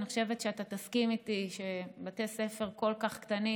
אני חושבת שאתה תסכים איתי שבתי ספר כל כך קטנים,